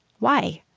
why?